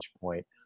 point